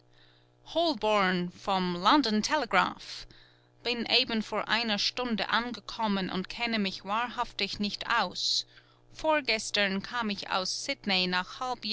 vom london telegraph bin eben vor einer stunde angekommen und kenne mich wahrhaftig nicht aus vorgestern kam ich aus sidney nach